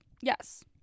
Yes